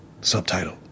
Subtitle